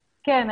כן,